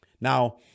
Now